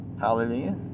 Hallelujah